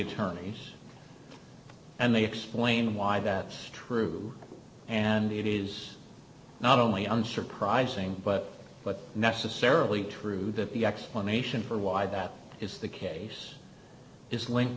attorney and they explain why that true and it is not only unsurprising but but necessarily true that the explanation for why that is the case is linked